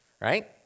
right